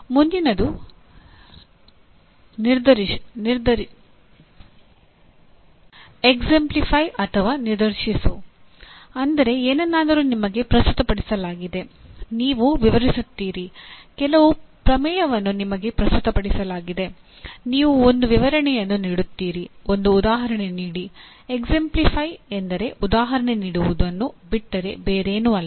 ಈಗ ಮುಂದಿನದು ಎಕ್ಸ್ಎಂಪ್ಲಿಫಯ್ ಎಂದರೆ ಉದಾಹರಣೆ ನೀಡುವುದನ್ನು ಬಿಟ್ಟರೆ ಬೇರೇನೂ ಅಲ್ಲ